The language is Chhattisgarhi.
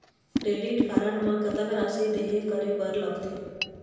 क्रेडिट कारड म कतक राशि देहे करे बर लगथे?